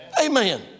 Amen